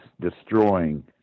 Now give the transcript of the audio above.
destroying